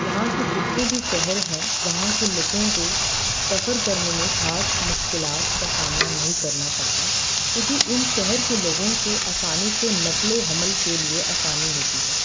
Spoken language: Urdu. یہاں کے جتنے بھی شہر ہیں وہاں کے لوگوں کو سفر کرنے میں خاص مشکلات کا سامنا نہیں کرنا پڑتا کیونکہ ان شہر کے لوگوں کو آسانی سے نقل و حمل کے لیے آسانی ہوتی ہے